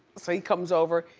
so he comes over,